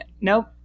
Nope